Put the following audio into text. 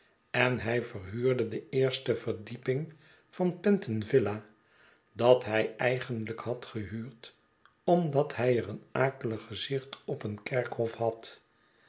en hij verhuurde de eerste verdieping van penton villa dat hij eigenlijk had gehuurd omdat hij er een akelig gezicht op een kerkhof had